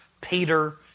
Peter